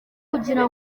kugira